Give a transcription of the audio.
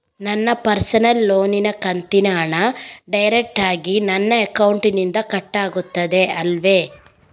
ನನ್ನ ಪರ್ಸನಲ್ ಲೋನಿನ ಕಂತಿನ ಹಣ ಡೈರೆಕ್ಟಾಗಿ ನನ್ನ ಅಕೌಂಟಿನಿಂದ ಕಟ್ಟಾಗುತ್ತದೆ ಅಲ್ಲವೆ?